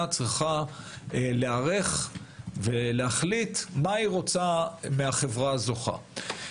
צריכה להיערך ולהחליט מה היא רוצה מהחברה הזוכה.